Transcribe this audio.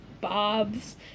bobs